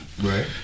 Right